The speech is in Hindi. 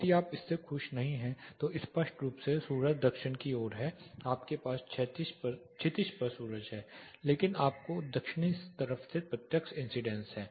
यदि आप इससे खुश नहीं है तो स्पष्ट रूप से सूरज दक्षिण की ओर है आपके पास क्षितिज पर सूरज है लेकिन आपको दक्षिणी तरफ से प्रत्यक्ष इंसीडेंस है